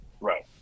Right